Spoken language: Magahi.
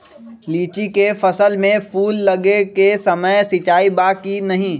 लीची के फसल में फूल लगे के समय सिंचाई बा कि नही?